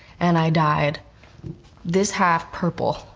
and i dyed this half purple.